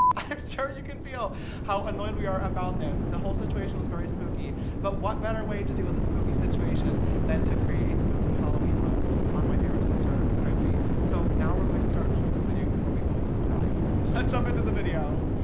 i'm sure you can feel how annoyed we are about this. the whole situation was very spooky but what better way to deal with a spooky situation than to create a spooky halloween look on my favorite sister, kylie so now we're going to start filming this video before we both cry more. let's jump into the video